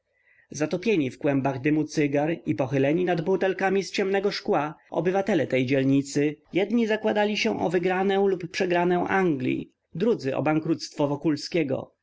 zatopieni w kłębach dymu cygar i pochyleni nad butelkami z ciemnego szkła obywatele tej dzielnicy jedni zakładali się o wygranę lub przegranę anglii drudzy o bankructwo wokulskiego